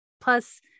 Plus